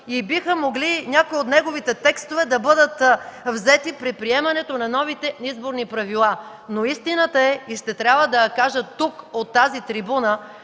и биха могли някои от неговите текстове да бъдат взети при приемането на новите изборни правила, но истината е, и ще трябва да я кажа тук, от тази трибуна,